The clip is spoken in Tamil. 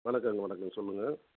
வணக்கங்க வணக்கங்க சொல்லுங்கள்